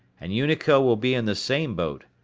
and unico will be in the same boat.